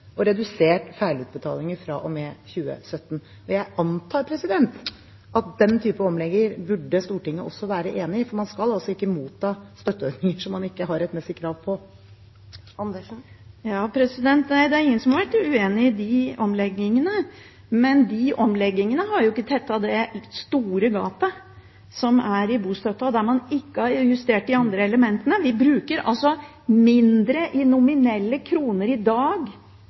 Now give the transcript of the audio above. og redusert feilutbetalinger fra og med 2017. Jeg antar at den type omlegginger burde også Stortinget være enig i, for man skal ikke motta støtteordninger som man ikke har rettmessig krav på. Nei, det er ingen som har vært uenig i de omleggingene, men de omleggingene har ikke tettet det store gapet som er i bostøtten, og der man ikke har justert de andre elementene. Vi bruker mindre i nominelle kroner på bostøtte i dag